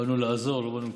באנו לעזור, לא באנו לקלקל.